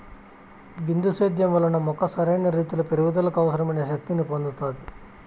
బిందు సేద్యం వలన మొక్క సరైన రీతీలో పెరుగుదలకు అవసరమైన శక్తి ని పొందుతాది